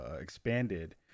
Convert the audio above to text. expanded